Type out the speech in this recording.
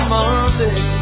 Monday